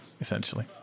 essentially